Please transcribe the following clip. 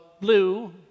blue